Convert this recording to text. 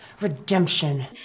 Redemption